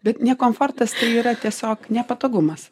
bet ne komfortas yra tiesiog nepatogumas